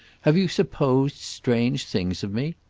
have you supposed strange things of me?